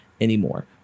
anymore